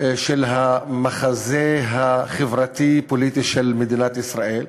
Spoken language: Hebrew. של המחזה החברתי-פוליטי של מדינת ישראל.